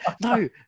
No